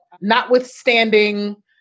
notwithstanding